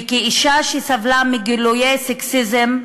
וכאישה שסבלה מגילויי סקסיזם,